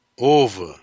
over